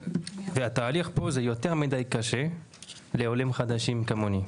התהליך פה הוא יותר מדי קשה עבור עולים חדשים כמוני.